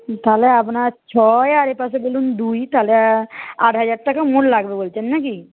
তাহলে আপনার ছয় আর এপাশে বলুন দুই তাহলে আট হাজার টাকা মোট লাগবে বলছেন না কি